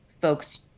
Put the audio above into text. folks